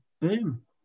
boom